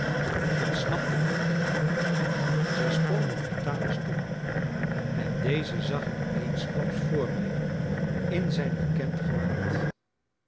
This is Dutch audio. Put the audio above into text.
ontsnapten de honden mij zij sprongen op vitalis toe en dezen zag ik eensklaps voor mij in zijn bekend